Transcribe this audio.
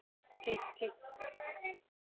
ਠੀਕ ਠੀਕ